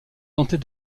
tenter